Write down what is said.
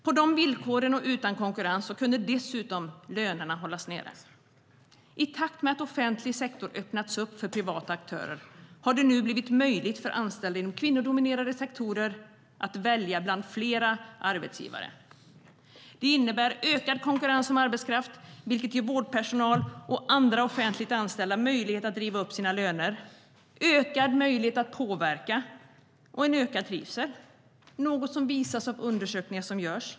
På de villkoren och utan konkurrens kunde lönerna dessutom hållas nere. Detta visas i undersökningar som görs.